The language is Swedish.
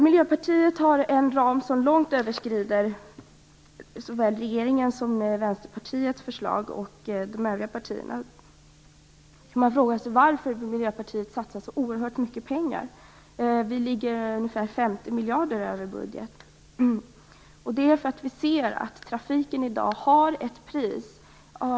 Miljöpartiet har en ram som långt överskrider såväl regeringens som Vänsterpartiets och de övriga partiernas förslag. Varför vill då Miljöpartiet satsa så oerhört mycket pengar? Vi ligger ungefär 50 miljarder över budget. Det är för att vi ser att trafiken i dag har ett pris.